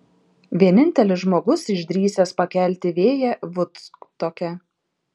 vienintelis žmogus išdrįsęs pakelti vėją vudstoke